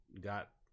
got